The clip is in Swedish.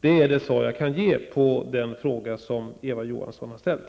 Det är det svar som jag kan ge på den fråga som Eva Johansson har ställt.